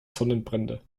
sonnenbrände